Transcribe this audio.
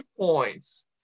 points